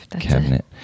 cabinet